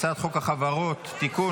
הצעת חוק החברות (תיקון,